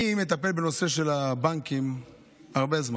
אני מטפל בנושא של הבנקים הרבה זמן.